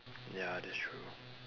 ya that's true